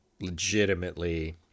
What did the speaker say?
legitimately